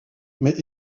mais